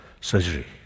surgery